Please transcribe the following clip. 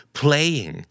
playing